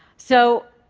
so,